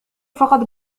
فقط